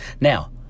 Now